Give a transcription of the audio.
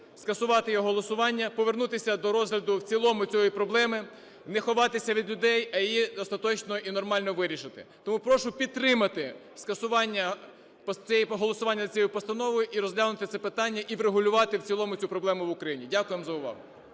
скасувати, його голосування, повернутися до розгляду в цілому цієї проблеми, не ховатися від людей, а її остаточно і нормально вирішити. Тому прошу підтримати скасування голосування цієї постанови і розглянути це питання, і врегулювати в цілому цю проблему в Україні. Дякуємо за увагу.